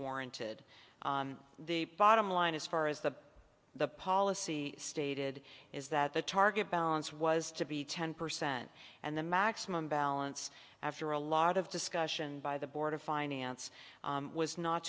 warranted the bottom line as far as the the policy stated is that the target balance was to be ten percent and the maximum balance after a lot of discussion by the board of finance was not